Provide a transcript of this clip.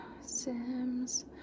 Sims